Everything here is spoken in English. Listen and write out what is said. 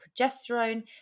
progesterone